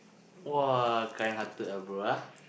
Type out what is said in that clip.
!wah! kind hearted ah bro ah